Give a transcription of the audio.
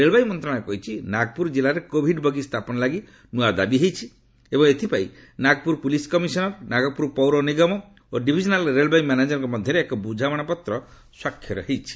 ରେଳବାଇ ମନ୍ତ୍ରଶାଳୟ କହିଛି ନାଗପୁର ଜିଲ୍ଲାରେ କୋଭିଡ୍ ବଗି ସ୍ଥାପନ ଲାଗି ନୂଆ ଦାବି ହୋଇଛି ଏବଂ ଏଥିପାଇଁ ନାଗପୁର ପୁଲିସ୍ କମିଶନର ନାଗପୁର ପୌର ନିଗମ ଓ ଡିଭିଜନାଲ୍ ରେଳବାଇ ମ୍ୟାନେଜରଙ୍କ ମଧ୍ୟରେ ଏକ ବୁଝାମଣାପତ୍ର ସ୍ୱାକ୍ଷରିତ ହୋଇଛି